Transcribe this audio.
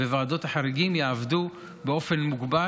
וועדות החריגים יעבדו באופן מוגבר.